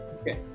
Okay